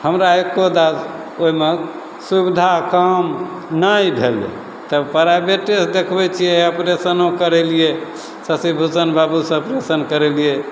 हमरा एक्को दा ओहिमे सुविधा काम नहि भेलै तब प्राइवेटेसे देखबै छिए ऑपरेशनो करेलिए शशिभूषण बाबूसे ऑपरेशन करेलिए